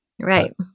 Right